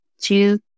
two